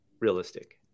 realistic